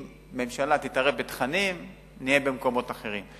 אם הממשלה תתערב בתכנים נהיה במקומות אחרים.